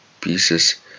pieces